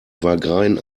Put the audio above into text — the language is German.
wagrain